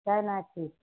चाय ना अच्छी